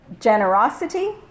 generosity